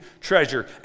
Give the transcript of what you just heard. treasure